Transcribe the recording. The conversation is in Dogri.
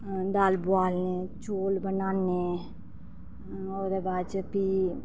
दाल बुआलने चौल बनाने औह्दे बाद च फ्ही